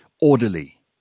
orderly